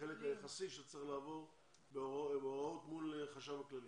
החלק היחסי שצריך לעבור בהוראות מול החשב הכללי.